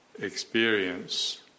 experience